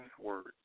words